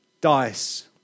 dice